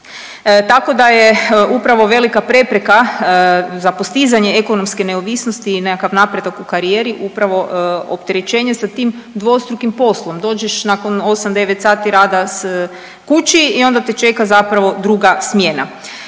Tako da je upravo velika prepreka za postizanje ekonomske neovisnosti i nekakav napredak u karijeri upravo opterećenje sa tim dvostrukim poslom. Dođeš nakon osam, devet sati rada kući i onda te čeka zapravo druga smjena.